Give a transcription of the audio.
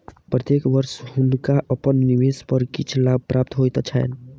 प्रत्येक वर्ष हुनका अपन निवेश पर किछ लाभ प्राप्त होइत छैन